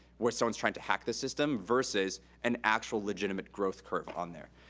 where someone's trying to hack the system, versus an actual legitimate growth curve on there.